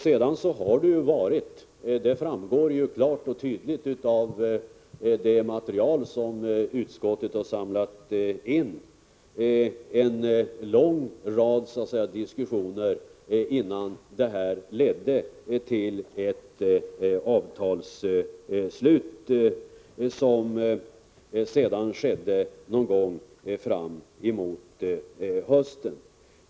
Sedan har det förekommit — det framgår klart och tydligt av det material som utskottet har samlat in — en lång rad diskussioner innan ett avtal slöts, vilket skedde någon gång framemot hösten.